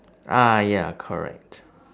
ah ya correct